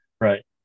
Right